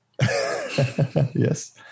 Yes